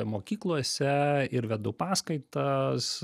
mokyklose ir vedu paskaitas